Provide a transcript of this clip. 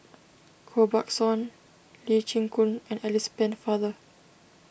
Koh Buck Song Lee Chin Koon and Alice Pennefather